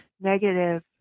negative